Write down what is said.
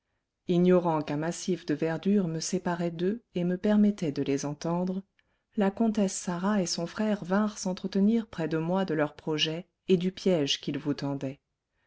ignorant qu'un massif de verdure me séparait d'eux et me permettait de les entendre la comtesse sarah et son frère vinrent s'entretenir près de moi de leurs projets et du piège qu'ils vous tendaient